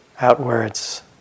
Outwards